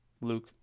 Luke